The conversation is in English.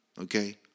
Okay